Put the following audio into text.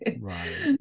Right